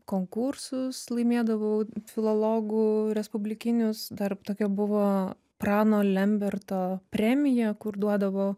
konkursus laimėdavau filologų respublikinius dar tokia buvo prano lemberto premija kur duodavo